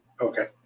Okay